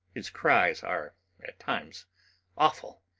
his cries are at times awful,